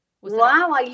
Wow